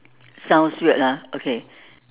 sounds weird lah okay